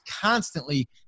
constantly